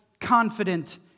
confident